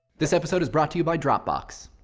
this episode is brought to you by dropbox.